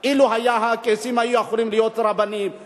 אילו הקייסים היו יכולים להיות דיינים,